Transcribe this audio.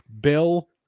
Bill